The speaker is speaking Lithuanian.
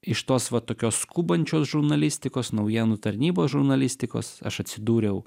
iš tos va tokios skubančios žurnalistikos naujienų tarnybos žurnalistikos aš atsidūriau